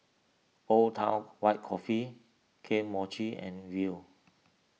Old Town White Coffee Kane Mochi and Viu